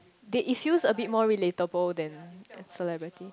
they it feels a bit more relatable than celebrity